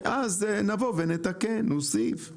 אז נבוא ונתקן או נוסיף.